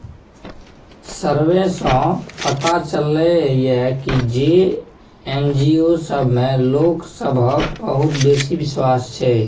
survey सँ पता चलले ये की जे एन.जी.ओ सब मे लोक सबहक बहुत बेसी बिश्वास छै